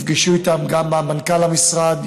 נפגשו איתם גם מנכ"ל המשרד,